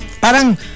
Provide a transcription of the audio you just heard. Parang